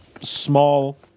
small